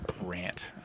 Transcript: rant